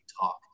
talk